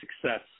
success